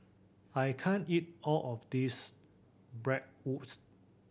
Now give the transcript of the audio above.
I can't eat all of this Bratwurst